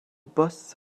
bws